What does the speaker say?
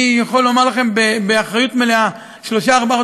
אני יכול לומר לכם באחריות מלאה: בשלושת-ארבעת